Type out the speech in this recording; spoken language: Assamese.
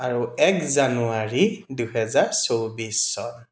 আৰু এক জানুৱাৰী দুহেজাৰ চৌব্বিছ চন